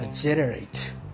generate